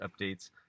updates